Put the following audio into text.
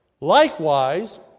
Likewise